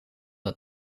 dat